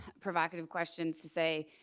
provocative questions to say